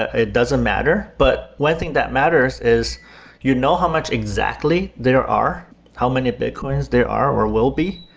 it doesn't matter. but one thing that matters is you know how much exactly there are, how many bitcoins there are or will be,